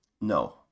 No